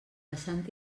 passant